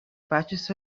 patches